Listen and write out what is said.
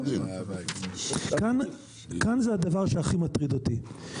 כאן זה הדבר שהכי מטריד אותי.